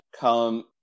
come